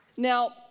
Now